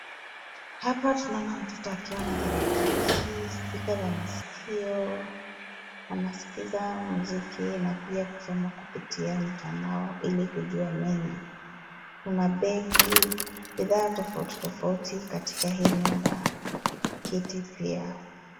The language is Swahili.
Hapa tunaona mtoto akiona tarakilishi, spika za maskio. Anaskiza muziki na pia kusoma kupitia mtandao ili kujua mengi. Kuna begi, bidhaa tofauti tofauti katika hii nyumba, kiti pia.